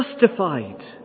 justified